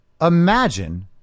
Imagine